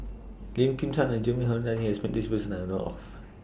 Lim Kim San and Hilmi Johandi has Met This Person that I know of